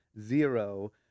zero